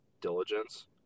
diligence